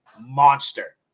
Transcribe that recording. monster